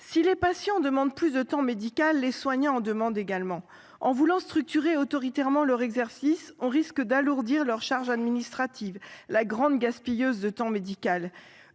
Si les patients demandent plus de temps médical, c’est également le cas des soignants. En voulant structurer autoritairement leur exercice, on risque d’alourdir leur charge administrative, la grande gaspilleuse de temps médical.